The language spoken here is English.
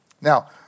Now